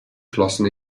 flossen